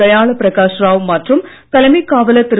தயாள பிரகாஷ் ராவ் மற்றும் தலைமைக் காவலர் திரு